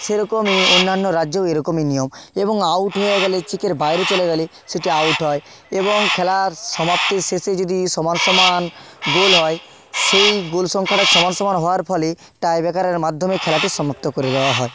সেরকমই অন্যান্য রাজ্যেও এরকমই নিয়ম এবং আউট হয়ে গেলে চেকের বাইরে চলে গেলে সেটি আউট হয় এবং খেলার সমাপ্তির শেষে যদি সমান সমান গোল হয় সেই গোল সংখ্যাটা সমান সমান হওয়ার ফলে টাইব্রেকারের মাধ্যমে খেলাটি সমাপ্ত করে দেওয়া হয়